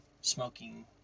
smoking